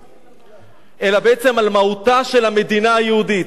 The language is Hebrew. אלא בעצם אל מהותה של המדינה היהודית.